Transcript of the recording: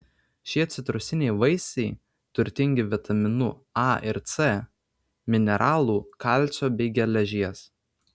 šie citrusiniai vaisiai turtingi vitaminų a ir c mineralų kalcio bei geležies